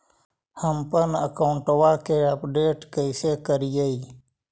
हमपन अकाउंट वा के अपडेट कैसै करिअई?